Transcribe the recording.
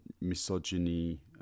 misogyny